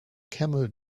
camel